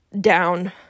down